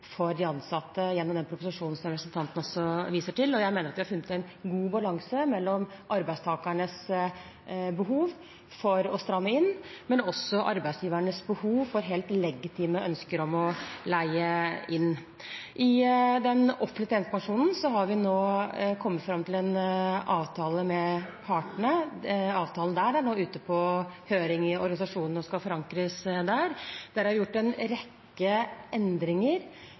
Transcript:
for de ansatte gjennom den proposisjonen som representanten også viser til. Jeg mener at vi har funnet en god balanse mellom arbeidstakernes behov for å stramme inn og arbeidsgivernes behov for helt legitime ønsker om å leie inn. Når det gjelder den offentlige tjenestepensjonen, har vi nå kommet fram til en avtale med partene. Avtalen er nå ute på høring i organisasjonene og skal forankres der. Der har vi gjort en rekke endringer